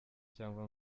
cyangwa